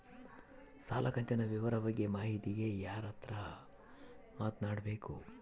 ಸಾಲ ಕಂತಿನ ವಿವರ ಬಗ್ಗೆ ಮಾಹಿತಿಗೆ ಯಾರ ಹತ್ರ ಮಾತಾಡಬೇಕು?